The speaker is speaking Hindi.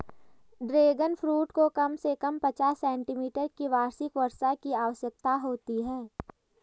ड्रैगन फ्रूट को कम से कम पचास सेंटीमीटर की वार्षिक वर्षा की आवश्यकता होती है